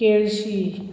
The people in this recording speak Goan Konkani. केळशी